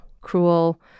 cruel